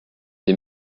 des